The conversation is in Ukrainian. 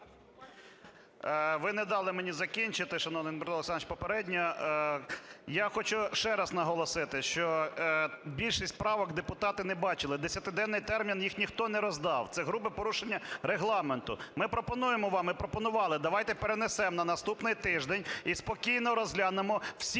Ви не дали мені закінчити, шановний Дмитро Олександрович, попередню. Я хочу ще раз наголосити, що більшість правок депутати не бачили, в 10-денний термін їх ніхто не роздав. Це грубе порушення Регламенту. Ми пропонуємо вам, ми пропонували: давайте перенесемо на наступний тиждень і спокійно розглянемо, всі